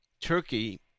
Turkey